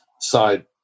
side